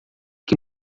que